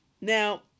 now